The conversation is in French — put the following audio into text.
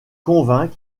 convainc